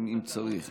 אם צריך,